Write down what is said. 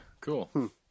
Cool